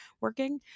working